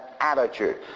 attitude